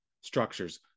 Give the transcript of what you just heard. structures